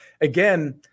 again